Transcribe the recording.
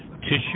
Tissue